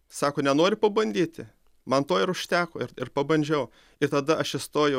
sako nenori pabandyti man to ir užteko ir ir pabandžiau ir tada aš įstojau